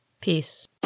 Peace